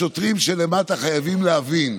השוטרים שלמטה חייבים להבין: